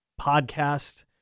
podcast